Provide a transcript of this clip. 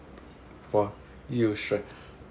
!whoa! you stress